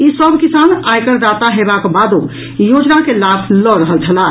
ई सभ किसान आयकरदाता हेबाक बादो योजना के लाभ लऽ रहल छलाह